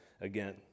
again